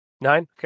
nine